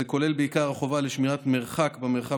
זה כולל בעיקר את החובה לשמירת מרחק במרחב